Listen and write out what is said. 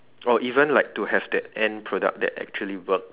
or even like to have that end product that actually work